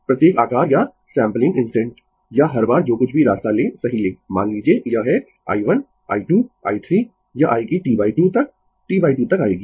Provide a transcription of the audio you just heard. प्रत्येक आकार या सैंपलिंग इंस्टेंट या हर बार जो कुछ भी रास्ता लें सही लें मान लीजिए यह है i1 I2 i3 यह आयेगी T2 तक T2 तक आयेगी